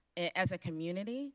as a community